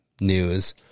news